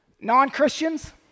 Non-Christians